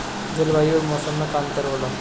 जलवायु और मौसम में का अंतर होला?